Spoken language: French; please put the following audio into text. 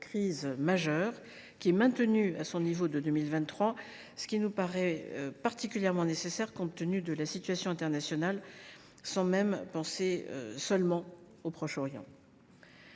crise majeure, qui est maintenue à son niveau de 2023, ce qui nous paraît particulièrement nécessaire compte tenu de la situation internationale, sans même penser seulement au Proche Orient.